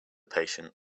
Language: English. patient